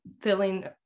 filling